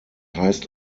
heißt